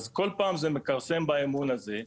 אז כל פעם זה מכרסם באמון הזה,